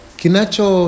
kinacho